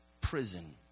prison